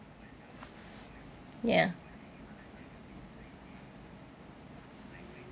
ya